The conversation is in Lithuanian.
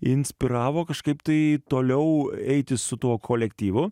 inspiravo kažkaip tai toliau eiti su tuo kolektyvu